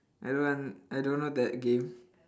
I don't want I don't know that game